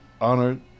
honored